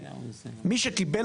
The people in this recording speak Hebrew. מי שקיבל